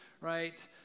right